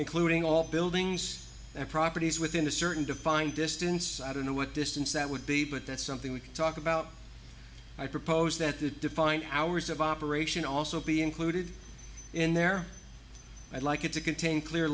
including all buildings and properties within a certain defined distance i don't know what distance that would be but that's something we can talk about i propose that the define hours of operation also be included in there i'd like it to contain clear